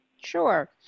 Sure